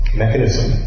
mechanism